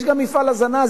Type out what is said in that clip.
יש גם מפעל הזנה.